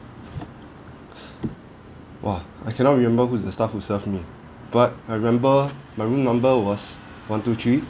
!wah! I cannot remember who's the staff who served me but I remember my room number was one two three